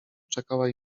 czekała